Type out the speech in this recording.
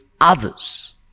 others